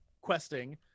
questing